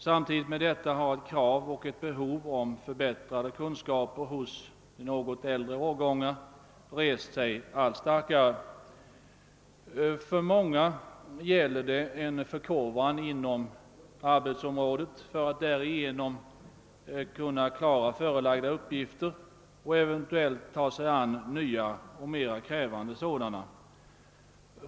Samtidigt har krav på och behov av förbättrade kunskaper hos något äldre årgångar blivit allt starkare. För många gäller det en förkovran inom arbetsområdet för att de därigenom skall klara förelagda uppgifter och eventuellt ta sig an nya och mera krävande sådana.